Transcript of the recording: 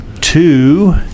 two